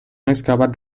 excavat